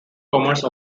commerce